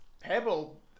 Pebble